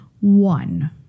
One